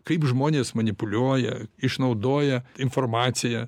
kaip žmonės manipuliuoja išnaudoja informaciją